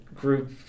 group